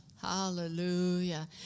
Hallelujah